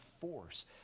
force